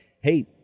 hey